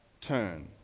turn